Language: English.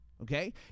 Okay